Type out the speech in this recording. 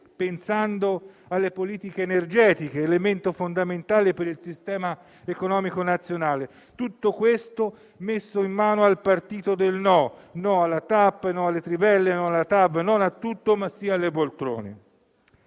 pensando alle politiche energetiche, elemento fondamentale per il sistema economico nazionale. Tutto questo è messo in mano al partito del «no»: no al TAP, no alle trivelle, no alla TAV; no a tutto, ma sì alle poltrone.